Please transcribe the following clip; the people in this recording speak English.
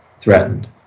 threatened